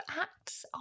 acts